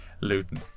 Luton